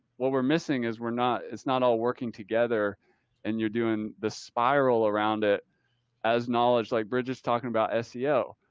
what we're missing is we're not, it's not all working together and you're doing the spiral around it as knowledge, like bridges, talking about seo.